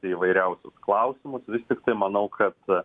įvairiausius klausimus vis tik tai manau kad